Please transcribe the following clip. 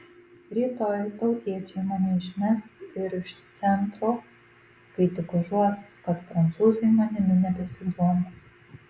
rytoj tautiečiai mane išmes ir iš centro kai tik užuos kad prancūzai manimi nebesidomi